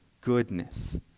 goodness